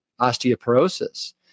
osteoporosis